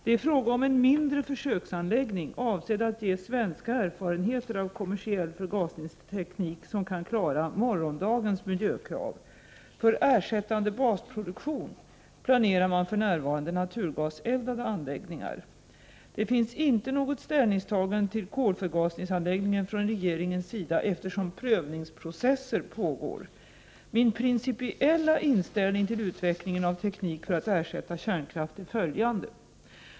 Det är fråga om en mindre försöksanläggning avsedd att ge svenska erfarenheter av kommersiell förgasningsteknik som kan klara morgondagens miljökrav. För ersättande basproduktion planerar man för närvarande naturgaseldade anläggningar. Det finns inte något ställningstagande till kolförgasningsanläggningen från regeringens sida eftersom prövningsprocesser pågår. Min principiella inställning till utvecklingen av teknik för att ersätta kärnkraft är följande.